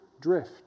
drift